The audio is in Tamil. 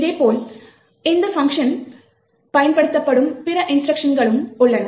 இதேபோல் இந்த பங்ஷனில் பயன்படுத்தப்படும் பிற இன்ஸ்ட்ருக்ஷன்களும் உள்ளன